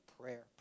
prayer